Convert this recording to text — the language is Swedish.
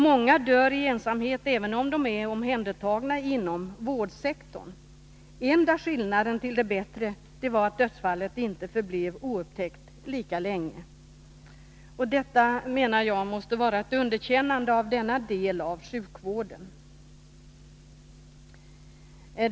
Många dör i ensamhet även om de är omhändertagna inom vårdsektorn. Enda skillnaden till det bättre var att dödsfallen inte förblev oupptäckta lika länge. Detta måste, menar jag, vara ett underkännande av denna del av sjukvården.